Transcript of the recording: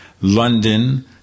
london